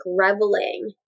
reveling